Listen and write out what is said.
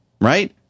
Right